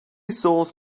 sauce